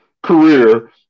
Career